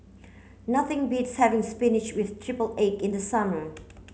nothing beats having spinach with triple egg in the summer